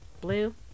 Blue